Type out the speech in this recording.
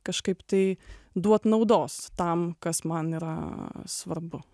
kažkaip tai duot naudos tam kas man yra svarbu